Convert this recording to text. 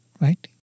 right